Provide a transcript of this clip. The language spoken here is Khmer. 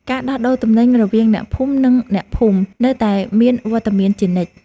ការដោះដូរទំនិញរវាងអ្នកភូមិ និងអ្នកភូមិ នៅតែមានវត្តមានជានិច្ច។